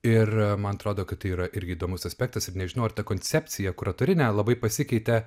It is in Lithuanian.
ir man atrodo kad tai yra irgi įdomus aspektas ir nežinau ar ta koncepcija kuratorinė labai pasikeitė